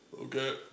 okay